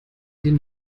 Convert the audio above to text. den